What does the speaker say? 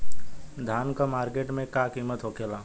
धान क मार्केट में का कीमत होखेला?